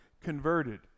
converted